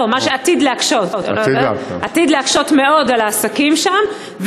מה שעתיד להקשות מאוד על העסקים שם,